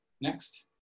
Next